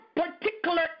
Particular